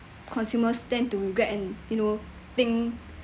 consumers tend to regret and you know think